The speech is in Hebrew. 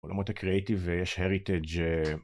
עולמות הקרייטיב יש הריטג'